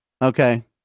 Okay